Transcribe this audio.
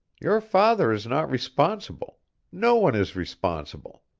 your father is not responsible no one is responsible.